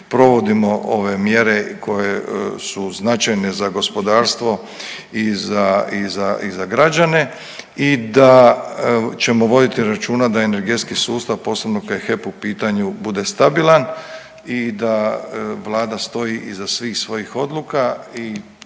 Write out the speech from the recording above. provodimo ove mjere koje su značajne za gospodarstvo i za, i za, i za građane i da ćemo voditi računa da energetski sustava posebno kad je HEP u pitanju bude stabilan i da Vlada stoji iza svih svojih odluka i